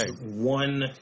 one